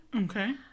Okay